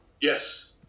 Yes